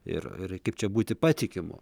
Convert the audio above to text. ir ir kaip čia būti patikimu